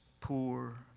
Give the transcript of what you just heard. poor